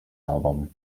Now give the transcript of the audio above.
album